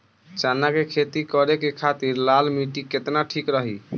चना के खेती करे के खातिर लाल मिट्टी केतना ठीक रही?